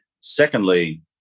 Secondly